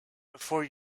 before